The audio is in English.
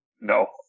No